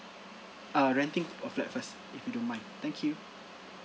uh renting of flat first if you don't mind thank you